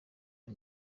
uyu